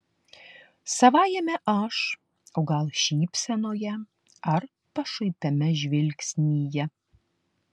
savajame aš o gal šypsenoje ar pašaipiame žvilgsnyje